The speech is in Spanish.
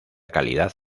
calidad